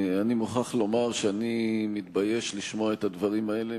אני מוכרח לומר שאני מתבייש לשמוע את הדברים האלה,